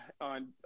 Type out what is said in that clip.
on